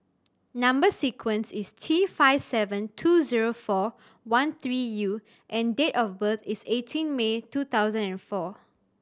number sequence is T five seven two zero four one three U and date of birth is eighteen May two thousand and four